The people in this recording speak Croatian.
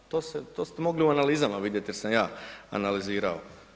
To se, to ste mogli u analizama vidjeti jer sam ja analizirao.